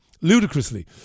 ludicrously